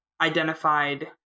identified